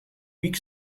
weak